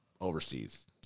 overseas